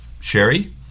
Sherry